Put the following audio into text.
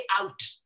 out